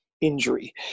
injury